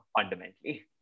fundamentally